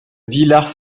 villars